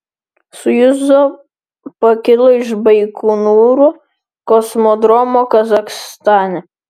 sojuz pakilo iš baikonūro kosmodromo kazachstane